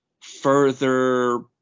further